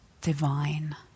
divine